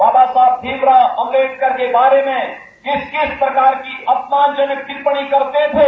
बाबा साहब भीमराव अम्बेडकर के बारे में किस किस प्रकार की अपमान जनक टिप्पणी करते थे